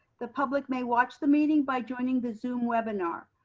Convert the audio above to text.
the public may watch the meeting by joining the zoom webinar.